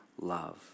love